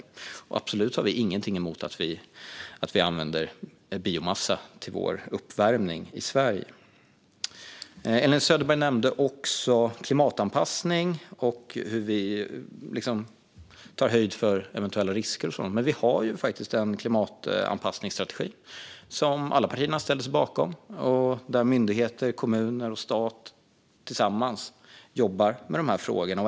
Och vi har absolut ingenting emot att vi använder biomassa till vår uppvärmning i Sverige. Elin Söderberg nämnde klimatanpassning och hur vi tar höjd för eventuella risker och sådant. Vi har faktiskt en klimatanpassningsstrategi som alla partier har ställt sig bakom, och myndigheter, kommuner och stat jobbar tillsammans i de här frågorna.